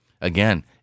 Again